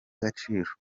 agaciro